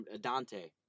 Dante